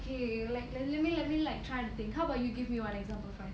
okay let me let me let me like try to think how about you you give me one example first